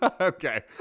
Okay